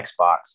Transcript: xbox